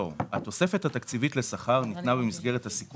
לא, התוספת התקציבית לשכר ניתנה בבסיס.